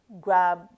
grab